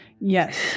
Yes